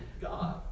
God